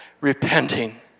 repenting